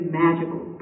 magical